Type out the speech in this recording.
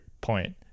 point